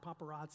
paparazzi